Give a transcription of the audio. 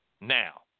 Now